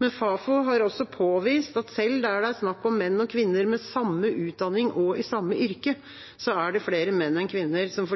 Men Fafo har også påvist at selv der det er snakk om menn og kvinner med samme utdanning og i samme yrke, er det flere menn enn kvinner som